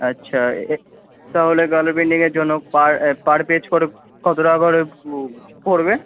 আচ্ছা এ তাহলে কালার প্রিন্টিংয়ের জন্য পার পার পেজ কত কত টাকা করে পড়বে